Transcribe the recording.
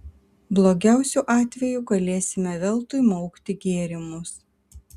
blogiausiu atveju galėsime veltui maukti gėrimus